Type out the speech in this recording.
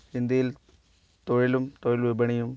ഇന്ത്യയിൽ തൊഴിലും തൊഴിൽ വിപണിയും